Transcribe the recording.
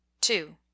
Two